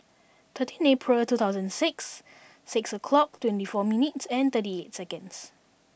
thirteen April two thousand six six o'clock twenty four minutes and thirty eight seconds